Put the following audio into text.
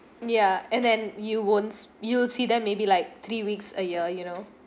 ya and then you won't you'll see them maybe like three weeks a year you know